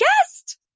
guest